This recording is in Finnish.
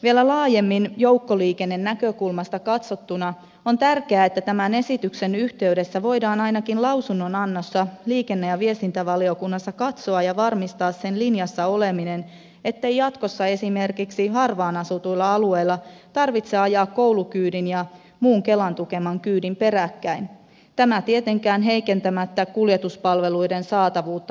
vielä laajemmin joukkoliikennenäkökulmasta katsottuna on tärkeää että tämän esityksen yhteydessä voidaan ainakin lausunnonannossa liikenne ja viestintävaliokunnassa katsoa ja varmistaa sen linjassa oleminen ettei jatkossa esimerkiksi harvaan asutuilla alueilla tarvitse ajaa koulukyydin ja muun kelan tukeman kyydin peräkkäin tämä tietenkään heikentämättä kuljetuspalveluiden saatavuutta harva alueella